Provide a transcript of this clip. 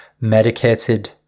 medicated